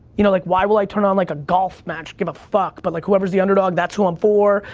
you know, like, why will i turn on, like a golf match, give a fuck, but like whoever's the underdog, that's who i'm for.